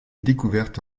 découverte